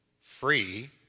free